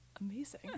amazing